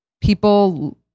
people